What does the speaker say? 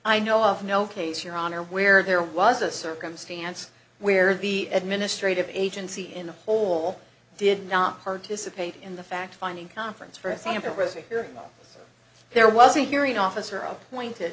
i know of no case your honor where there was a circumstance where the administrative agency in the whole did not participate in the fact finding conference for example reza here there was a hearing officer of point